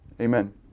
Amen